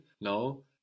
No